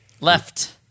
left